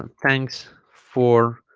um thanks for